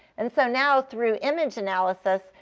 and so now, through image analysis,